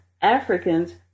Africans